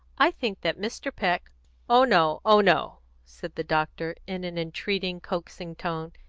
i think that mr. peck oh no! oh no! said the doctor, in an entreating, coaxing tone,